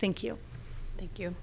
thank you thank you